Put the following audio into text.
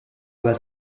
base